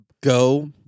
go